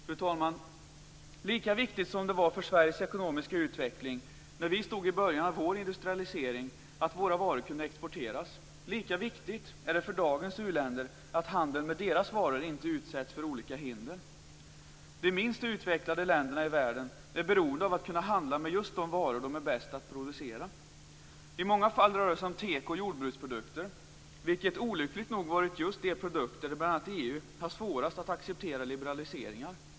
Fru talman! Lika viktigt som det var för Sveriges ekonomiska utveckling att våra varor kunde exporteras när vi stod i början av vår industrialisering, lika viktigt är det för dagens u-länder att handeln med deras varor inte utsätts för olika hinder. De minst utvecklade länderna i världen är beroende av att kunna handla med just de varor de är bäst på att producera. I många fall rör det sig om teko och jordbruksprodukter, vilket olyckligt nog varit just de produkter för vilka bl.a. EU haft svårast att acceptera liberaliseringar.